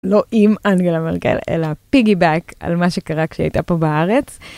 לא עם אנגלה מרגל אלא פיגי באק על מה שקרה כשהייתה פה בארץ.